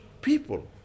people